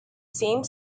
same